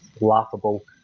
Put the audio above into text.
laughable